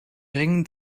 ring